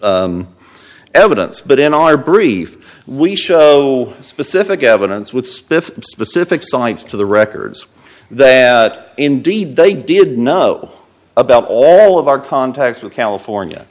evidence but in our brief we show specific evidence with spiff specific sites to the records that indeed they did know about all of our contacts with california